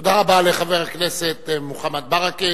תודה רבה לחבר הכנסת מוחמד ברכה.